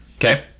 Okay